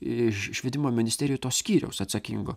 iš švietimo ministerijų to skyriaus atsakingo